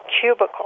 cubicle